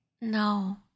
No